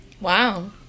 wow